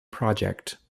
project